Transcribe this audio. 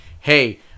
hey